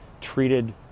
treated